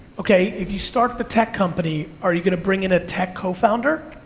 okay, if you start the tech company, are you gonna bring in a tech co-founder?